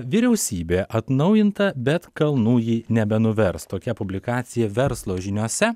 vyriausybė atnaujinta bet kalnų ji nebenuvers tokia publikacija verslo žiniose